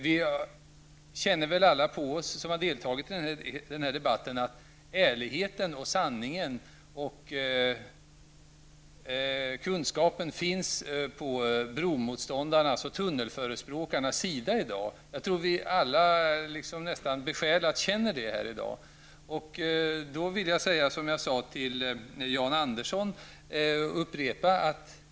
Vi känner väl alla som har deltagit i denna debatt på oss att ärligheten, sanningen och kunskapen finns på bromotståndarnas och tunnelförespråkarnas sida i dag. Jag tror att vi alla nästan besjälat känner det i dag. Jag vill upprepa det jag sade till Jan Andersson.